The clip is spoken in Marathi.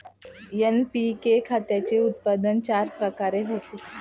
एन.पी.के खताचे उत्पन्न चार प्रकारे होते